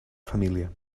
família